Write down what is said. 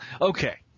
Okay